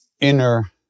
inner